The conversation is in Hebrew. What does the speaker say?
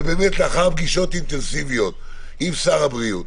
ובאמת לאחר פגישות אינטנסיביות עם שר הבריאות